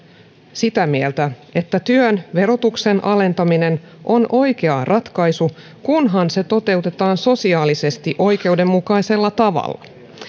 sitä mieltä että työn verotuksen alentaminen on oikea ratkaisu kunhan se toteutetaan sosiaalisesti oikeudenmukaisella tavalla